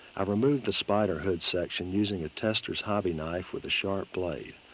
i remove the spyder hood section using a testor's hobby knife with a sharp blade.